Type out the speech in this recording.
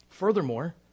Furthermore